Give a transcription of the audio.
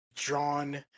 drawn